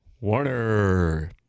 Warner